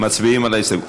מצביעים על ההסתייגויות.